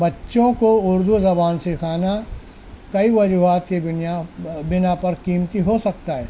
بچوں کو اردو زبان سکھانا کئی وجوہات کی بنا پر قیمتی ہو سکتا ہے